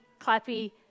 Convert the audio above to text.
clappy